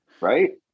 right